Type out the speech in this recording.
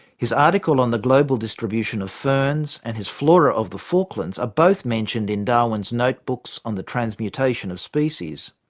his article on the global distribution of ferns and his flora of the falklands are both mentioned in darwin's notebooks on the transmutation of species.